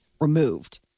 removed